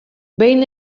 behin